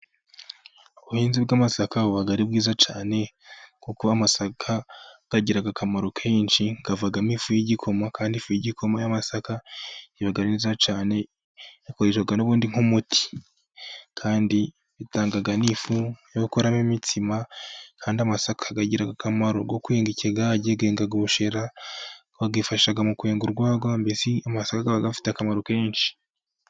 Ubuhinzi bw'amasaka buba ari bwiza cyane, kuko amasaka agira akamaro kenshi, kavamo ifu y'igikoma kandi ifu y'igikoma y'amasaka iba ari nziza cyane, yakoreshwa n'ubundi nk'umuti kandi bitanga n'iri yogukoramo imitsima, kandi amasaka akagira akamaro ko kwenga ikigage, kwenga ubushera, bayifashisha mu kwenga urwagwa mbesi amasaka afite akamaro kenshi.